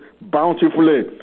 bountifully